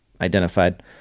identified